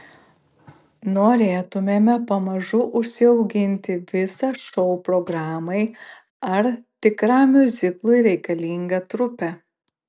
norėtumėme pamažu užsiauginti visą šou programai ar tikram miuziklui reikalingą trupę